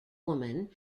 woman